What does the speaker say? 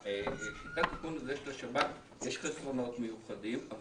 כי לשיטת האיכון של השב"כ יש חסרונות מיוחדים,